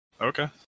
Okay